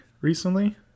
recently